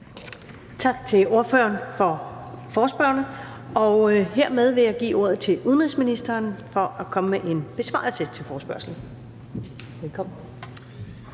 Tak til ordføreren for forespørgerne. Hermed vil jeg give ordet til udenrigsministeren for at komme med en besvarelse til forespørgslen. Velkommen.